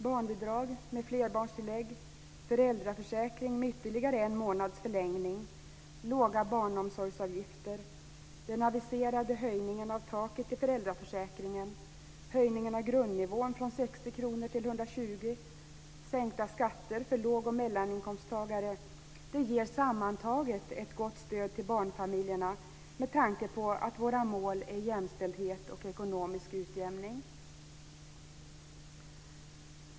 Barnbidrag med flerbarnstillägg, föräldraförsäkring med ytterligare en månads förlängning, låga barnomsorgsavgifter, den aviserade höjningen av taket i föräldraförsäkringen, höjningarna av grundnivån från 60 till 120 kr och sänkta skatter för låg och mellaninkomsttagare ger sammantaget ett gott stöd till barnfamiljerna med tanke på att våra mål är jämställdhet och ekonomisk utjämning.